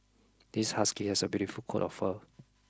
this Husky has a beautiful coat of fur